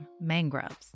mangroves